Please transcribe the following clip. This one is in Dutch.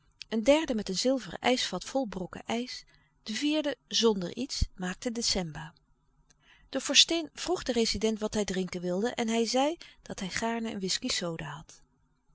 een derde met een zilveren ijsvat vol brokken ijs de vierde zonder iets maakte de semba de vorstin vroeg den rezident wat hij drinken wilde en hij zei dat hij gaarne een whiskey soda had